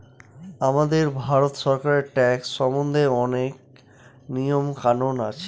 আমাদের ভারত সরকারের ট্যাক্স সম্বন্ধে অনেক নিয়ম কানুন আছে